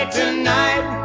tonight